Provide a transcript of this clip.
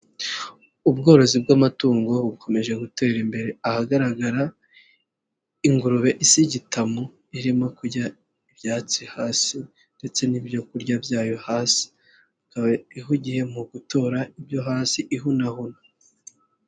Ubworozi bw'amatungo bukomeje gutera imbere ahagaragara ingurube isa igitamu irimo kurya ibyatsi hasi ndetse n'ibyo kurya byayo hasi, ikaba ihugiye mu gutora ibyo hasi ihunahuna.